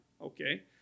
Okay